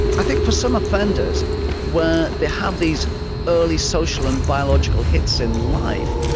i think for some offenders where they have these early social and biological hits in life,